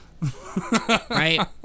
Right